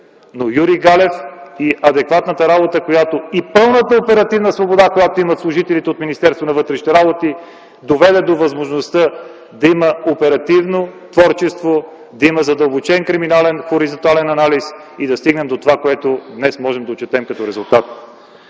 е едно от тях. Адекватната работа и пълната оперативна свобода, която имат служителите на Министерството на вътрешните работи, доведе до възможността да има оперативно творчество, задълбочен криминален хоризонтален анализ и да стигнем до това, което днес отчитаме като резултат.